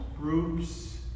groups